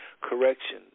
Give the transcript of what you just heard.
correction